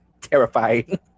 terrifying